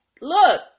look